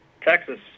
Texas